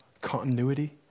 continuity